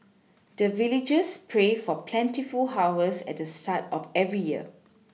the villagers pray for plentiful harvest at the start of every year